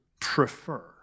prefer